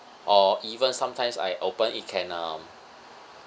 or even sometimes I open it can um